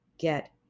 get